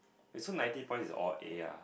eh so ninety points is all A lah